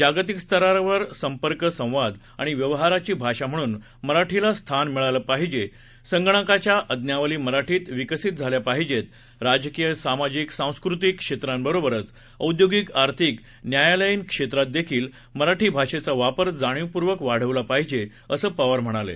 जागतिक स्तरावर संपर्क संवाद आणि व्यवहाराची भाषा म्हणून मराठीला स्थान मिळालं पाहिजे संगणकाच्या आज्ञावली मराठीत विकसित झाल्या पाहिजेत राजकीय सामाजिक सांस्कृतिक क्षेत्रांबरोबरच औद्योगिक आर्थिक न्यायालयीन क्षेत्रातही मराठी भाषेचा वापर जाणीवपूर्वक वाढवला पाहिजेअसं पवार यांनी म्हटलं आहे